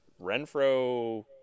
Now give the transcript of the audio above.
Renfro